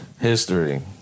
history